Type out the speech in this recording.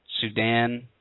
Sudan